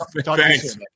Thanks